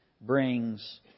brings